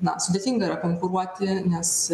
na sudėtinga yra konkuruoti nes